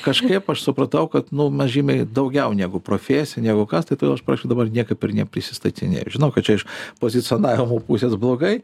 kažkaip aš supratau kad nu mes žymiai daugiau negu profesinė kas tai todėl aš pavyzdžiui dabar niekaip ir neprisistatinėju žinau kad čia iš pozicionavimo pusės blogai